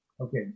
Okay